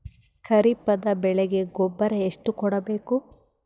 ಖರೀಪದ ಬೆಳೆಗೆ ಗೊಬ್ಬರ ಎಷ್ಟು ಕೂಡಬೇಕು?